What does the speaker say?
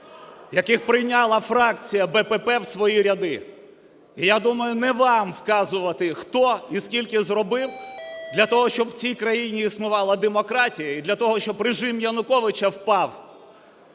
яких прийняла фракція БПП в свої ряди. І я думаю, не вам вказувати хто і скільки зробив для того, щоб в цій країні існувала демократія і для того, щоб режим Януковича впав.